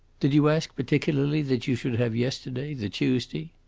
did you ask particularly that you should have yesterday, the tuesday?